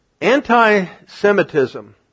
Anti-Semitism